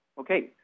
Okay